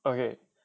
okay